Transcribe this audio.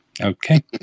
okay